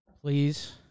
Please